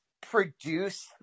produce